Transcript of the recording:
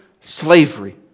slavery